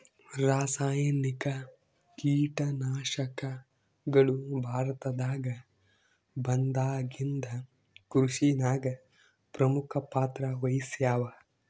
ರಾಸಾಯನಿಕ ಕೀಟನಾಶಕಗಳು ಭಾರತದಾಗ ಬಂದಾಗಿಂದ ಕೃಷಿನಾಗ ಪ್ರಮುಖ ಪಾತ್ರ ವಹಿಸ್ಯಾವ